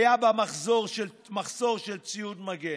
היה בה מחסור של ציוד מגן,